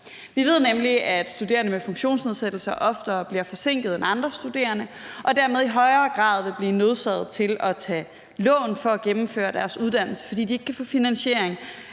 Vi ved nemlig, at studerende med funktionsnedsættelse oftere bliver forsinket end andre studerende og dermed i højere grad vil blive nødsaget til at tage lån for at gennemføre deres uddannelse, fordi de ikke kan få finansiering,